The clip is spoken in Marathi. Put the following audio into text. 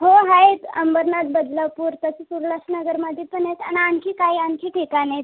हो आहेत अंबरनाथ बदलापूर तसंच उल्हासनगरमध्ये पण आहेत आणि आणखी काही आणखी ठिकाणं आहेत